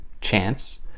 chance